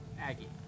Aggie